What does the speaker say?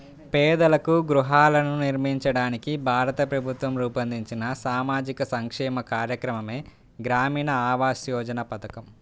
పేదలకు గృహాలను నిర్మించడానికి భారత ప్రభుత్వం రూపొందించిన సామాజిక సంక్షేమ కార్యక్రమమే గ్రామీణ ఆవాస్ యోజన పథకం